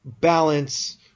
balance